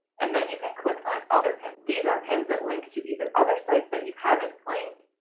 and then you can click on other pins. these are pins that link to either other sites that you haven't claimed,